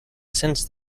since